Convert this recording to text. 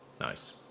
Nice